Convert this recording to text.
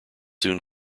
soon